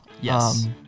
Yes